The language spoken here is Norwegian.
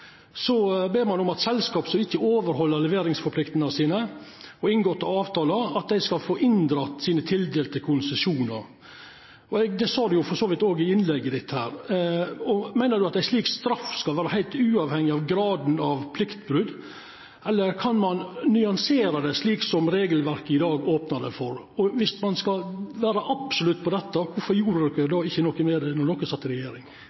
ber ein om at selskap som ikkje overheld leveringsforpliktingane sine og inngåtte avtalar, skal få inndratt konsesjonane dei er tildelte. Det sa du jo for så vidt òg i innlegget ditt her. Meiner du at ei slik straff skal vera heilt uavhengig av graden av pliktbrot, eller kan ein nyansera det slik regelverket i dag opnar for? Og viss ein skal vera absolutt på dette, kvifor gjorde de ikkje noko med dette, då de satt i regjering?